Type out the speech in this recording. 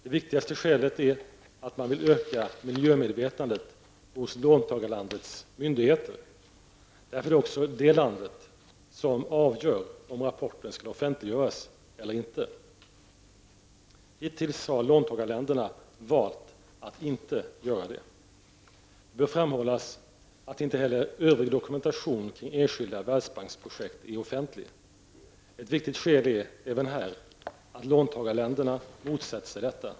Det viktigaste skälet är att man vill öka miljömedvetandet hos låntagarlandets myndigheter. Därför är det också det landet som avgör om rapporten skall offentliggöras eller inte. Hittills har låntagarländerna valt att inte göra det. Det bör framhållas att inte heller övrig dokumentation kring enskilda världsbanksprojekt är offentlig. Ett viktigt skäl är även här att låntagarländerna motsätter sig detta.